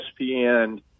ESPN